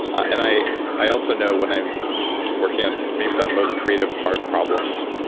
and i i also know when i'm working on maybe that most creative hard problems